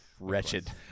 Wretched